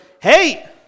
hey